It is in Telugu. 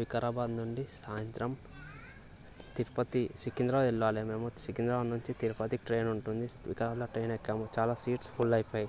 వికారాబాద్ నుండి సాయంత్రం తిరుపతి సికింద్రాబాద్ వెళ్ళాలి మేము సికింద్రాబాద్ నుంచి తిరుపతికి ట్రైన్ ఉంటుంది వికారాబాద్లో ట్రైన్ ఎక్కాము చాలా స్వీట్స్ ఫుల్ అయిపోయాయి